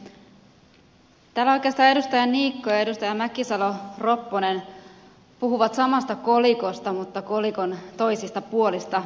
täällä oikeastaan edustaja niikko ja edustaja mäkisalo ropponen puhuivat samasta kolikosta mutta kolikon toisista puolista